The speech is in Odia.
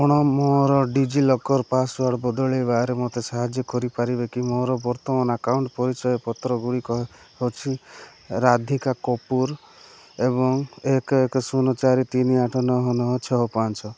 ଆପଣ ମୋର ଡି ଜି ଲକର୍ ପାସୱାର୍ଡ଼ ବଦଳାଇବାରେ ମୋତେ ସାହାଯ୍ୟ କରିପାରିବେ କି ମୋର ବର୍ତ୍ତମାନ ଆକାଉଣ୍ଟ ପରିଚୟପତ୍ର ଗୁଡ଼ିକ ହେଉଛି ରାଧିକା କପୁର ଏବଂ ଏକ ଏକ ଶୂନ ଚାରି ତିନି ଆଠ ନଅ ନଅ ଛଅ ପାଞ୍ଚ